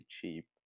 cheap